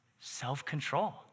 self-control